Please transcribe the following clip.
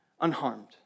unharmed